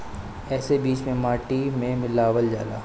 एसे बीज के माटी में मिलावल जाला